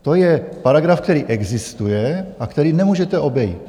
To je paragraf, který existuje a který nemůžete obejít.